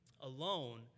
alone